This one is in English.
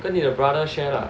跟你的 brother share lah